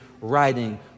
writing